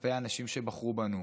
כלפי האנשים שבחרו בנו,